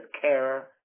care